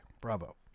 Bravo